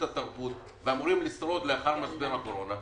התרבות ואמורים לשרוד לאחר משבר הקורונה,